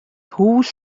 hûs